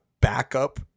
backup